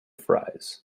fries